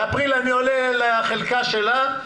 באפריל אני עולה לחלקה שלה,